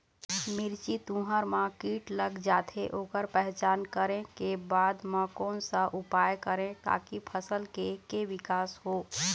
मिर्ची, तुंहर मा कीट लग जाथे ओकर पहचान करें के बाद मा कोन सा उपाय करें ताकि फसल के के विकास हो?